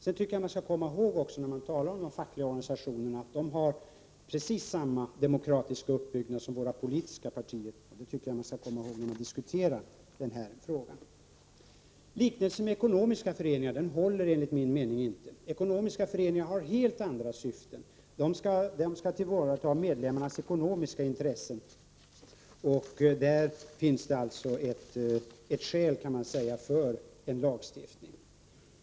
Låt oss komma ihåg, när vi talar om de fackliga organisationerna, att dessa har precis samma demokratiska uppbyggnad som våra politiska partier. Inte minst skall vi komma ihåg det när vi diskuterar denna fråga. Liknelsen med ekonomiska föreningar håller enligt min mening inte. Ekonomiska föreningar har helt andra syften. De skall tillvarata medlemmarnas ekonomiska intressen, och där finns det alltså ett skäl, kan man säga, för en lagstiftning.